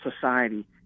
society